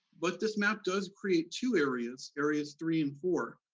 but this map does create two areas, areas three and four,